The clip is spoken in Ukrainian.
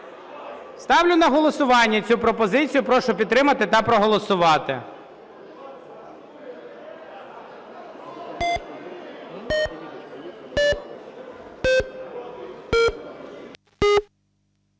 Ставлю на голосування цю пропозицію. Прошу підтримати та проголосувати.